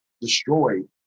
destroyed